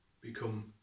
become